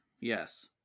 yes